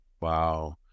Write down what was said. Wow